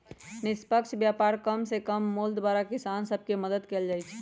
निष्पक्ष व्यापार कम से कम मोल द्वारा किसान सभ के मदद कयल जाइ छै